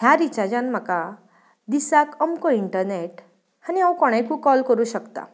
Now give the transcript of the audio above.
ह्या रिचार्जान म्हाका दिसाक अमको इंटर्नेट आनी हांव कोणायकू कॉल करूंक शकता